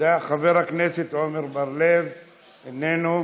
חבר הכנסת עמר בר-לב, איננו.